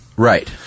Right